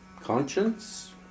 conscience